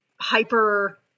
hyper